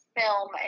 film